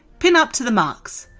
pin up to the marks.